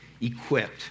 equipped